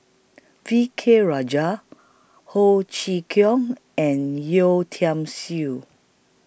V K Rajah Ho Chee Kong and Yeo Tiam Siew